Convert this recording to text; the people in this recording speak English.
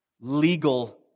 legal